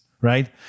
right